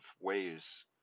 ways